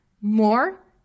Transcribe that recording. more